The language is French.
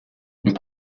une